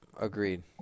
Agreed